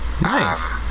Nice